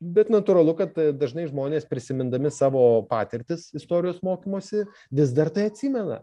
bet natūralu kad dažnai žmonės prisimindami savo patirtis istorijos mokymosi vis dar tai atsimena